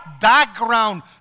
background